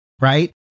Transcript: right